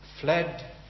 fled